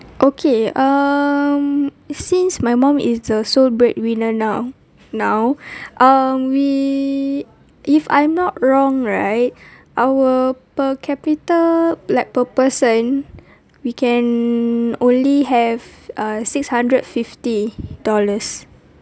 okay um since my mum is the sole breadwinner now now um we if I'm not wrong right our per capita like per person we can only have uh six hundred fifty dollars